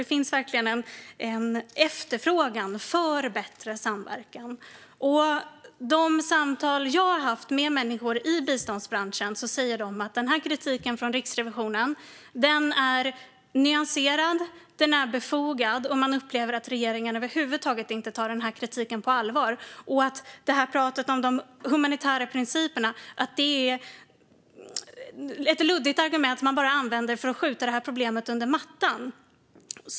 Det finns verkligen en efterfrågan på bättre samverkan. I de samtal som jag har haft med människor i biståndsbranschen säger man att Riksrevisionens kritik är nyanserad och befogad. Man upplever att regeringen över huvud taget inte tar kritiken på allvar och att pratet om de humanitära principerna är ett luddigt argument som bara används för att sopa problemet under mattan.